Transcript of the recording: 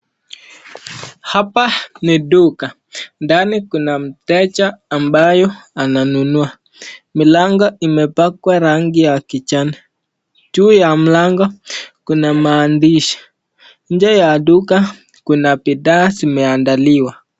Hapa ni duka, ndani kuna mteja ambayo ananunua. Milango imepakwa rangi ya kijani. Juu ya mlango kuna maandishi. Nje ya duka kuna bidhaa zimeandaliwa.